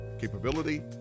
capability